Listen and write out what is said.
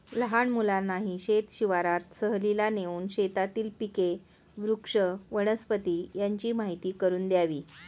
लहान मुलांनाही शेत शिवारात सहलीला नेऊन शेतातील पिके, वृक्ष, वनस्पती यांची माहीती करून द्यावी